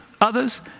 others